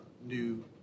new